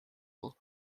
all